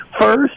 first